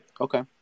Okay